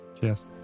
cheers